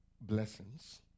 blessings